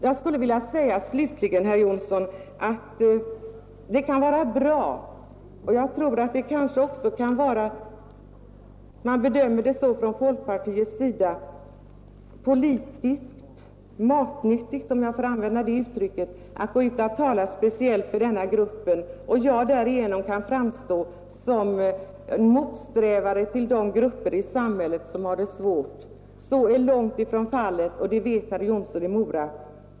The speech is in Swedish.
Jag skulle slutligen vilja säga, herr Jonsson, att det kan vara bra och kanske också — man bedömer det antagligen så från folkpartiets sida — politiskt matnyttigt att gå ut och tala speciellt för denna grupp, varigenom jag kan framstå som motsträvare i förhållande till de grupper i samhället som har det svårt. Så är långt ifrån fallet, och det vet herr Jonsson i Mora.